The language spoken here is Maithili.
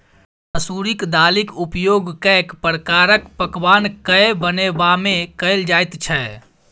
मसुरिक दालिक उपयोग कैक प्रकारक पकवान कए बनेबामे कएल जाइत छै